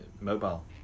mobile